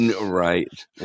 Right